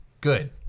Good